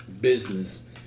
business